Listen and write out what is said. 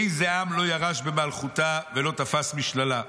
אי זה עם לא ירש במלכותה ולא תפש משללה.